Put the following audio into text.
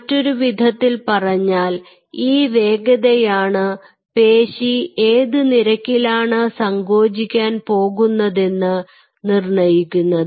മറ്റൊരു വിധത്തിൽ പറഞ്ഞാൽ ഈ വേഗതയാണ് പേശി ഏത് നിരക്കിലാണ് സങ്കോചിക്കാൻ പോകുന്നതെന്ന് നിർണയിക്കുന്നത്